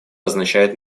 означает